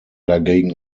dagegen